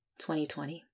2020